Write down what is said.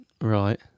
right